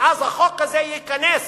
ואז החוק הזה ייכנס